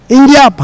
India